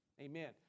Amen